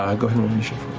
ah go ahead and